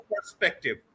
perspective